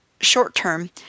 short-term